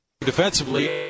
defensively